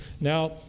Now